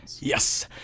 yes